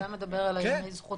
אתה אומר: לאחד